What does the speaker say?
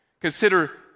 Consider